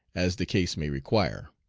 as the case may require.